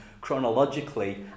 chronologically